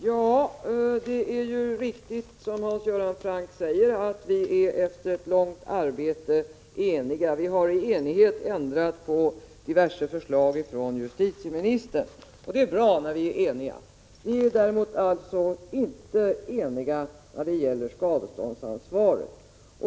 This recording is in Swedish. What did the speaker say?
Herr talman! Det är riktigt, som Hans Göran Franck säger, att utskottet efter ett långvarigt arbete är enigt — vi har i enighet ändrat diverse förslag från försvarsministern, och det är bra. Vi är däremot inte eniga när det gäller skadeståndsansvaret.